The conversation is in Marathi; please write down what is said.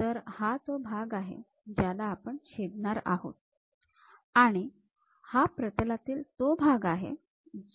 तर हा तो भाग आहे ज्याला आपण छेदणार आहोत आणि हा प्रतलातील तो भाग आहे